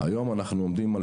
היום אנחנו עומדים על